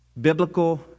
biblical